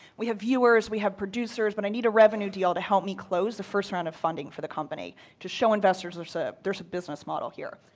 we have viewers, we have producers, but i need a revenue deal to help me close the first round of funding for the company to show investors there's ah there's a business model here.